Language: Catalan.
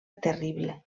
terrible